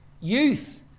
Youth